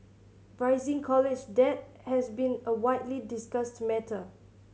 rising college debt has been a widely discussed matter